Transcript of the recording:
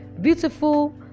beautiful